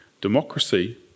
democracy